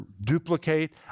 duplicate